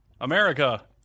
America